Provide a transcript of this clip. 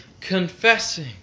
confessing